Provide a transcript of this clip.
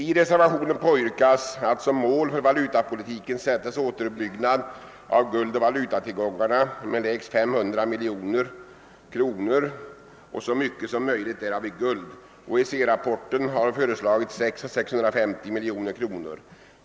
I reservationen påyrkas att som mål för valutapolitiken uppsätts återuppbyggnad under 1970 av guldoch valutatillgångarna med lägst 500 miljoner kronor, varav så mycket som möjligt i guld. I OECD-rapporten har föreslagits 600—650 miljoner kronor.